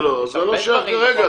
לא, זה לא שייך כרגע.